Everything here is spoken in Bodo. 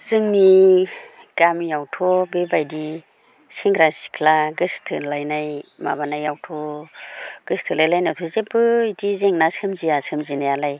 जोंनि गामियावथ' बेबायदि सेंग्रा सिख्ला गोसथोलायनाय माबानायावथ' गोसथोलायलायनायावथ' जेबो इदि जेंना सोमजिया सोमजिनायालाय